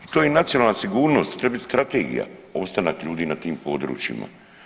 I to je nacionalna sigurnost, to treba biti strategija ostanak ljudi na tim područjima.